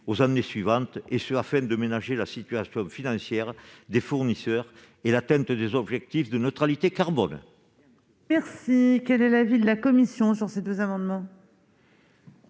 aux années suivantes, afin de ménager la situation financière des fournisseurs et l'atteinte des objectifs de neutralité carbone. Quel est l'avis de la commission des affaires